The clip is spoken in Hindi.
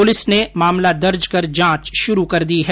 पुलिस ने मामला दर्ज कर जांच शुरू कर दी है